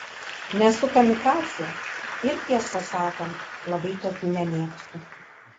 nesu kamikadzė ir tiesą sakant labai tokių nemėgstu